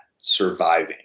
surviving